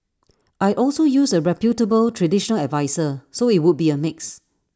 I'd also use A reputable traditional adviser so IT would be A mix